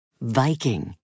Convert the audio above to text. Viking